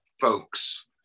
folks